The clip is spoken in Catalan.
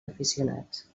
aficionats